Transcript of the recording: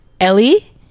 Ellie